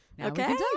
Okay